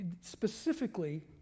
Specifically